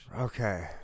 Okay